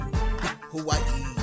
Hawaii